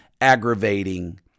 aggravating